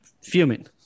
fuming